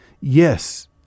Yes